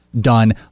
done